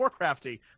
warcrafty